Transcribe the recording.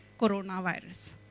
coronavirus